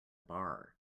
bar